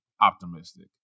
optimistic